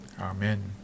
Amen